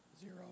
Zero